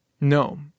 No